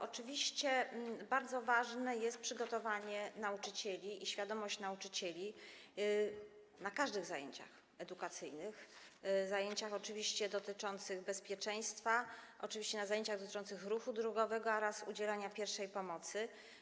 Oczywiście bardzo ważne jest przygotowanie nauczycieli i świadomość nauczycieli na każdych zajęciach edukacyjnych, oczywiście na zajęciach dotyczących bezpieczeństwa, oczywiście na zajęciach dotyczących ruchu drogowego oraz udzielania pierwszej pomocy.